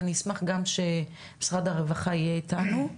ואני אשמח שגם משרד הרווחה יהיה איתנו,